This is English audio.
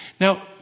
Now